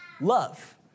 Love